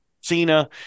Cena